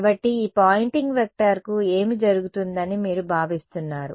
కాబట్టి ఈ పాయింటింగ్ వెక్టర్కు ఏమి జరుగుతుందని మీరు భావిస్తున్నారు